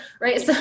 right